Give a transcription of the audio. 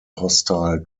hostile